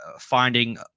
finding